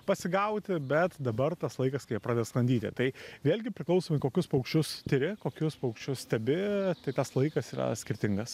pasigauti bet dabar tas laikas kai jie pradeda sklandyti tai vėlgi priklausomai kokius paukščius tiri kokius paukščius stebi tai tas laikas yra skirtingas